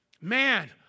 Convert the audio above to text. man